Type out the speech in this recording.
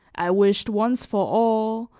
i wished, once for all,